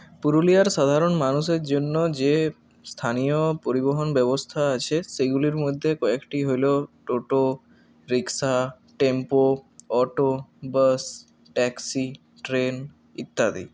পুরুলিয়ার সাধারণ মানুষের জন্য যে স্থানীয় পরিবহন ব্যবস্থা আছে সেগুলির মধ্যে কয়েকটি হল toto rickshaw tempo auto bus taxi train ইত্যাদি